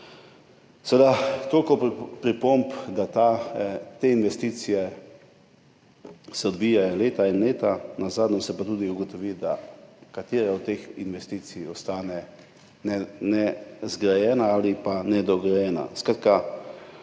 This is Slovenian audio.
Toliko pripomb, da se te investicije odvijajo leta in leta, nazadnje pa se tudi ugotovi, da katera od teh investicij ostane nezgrajena ali pa nedograjena.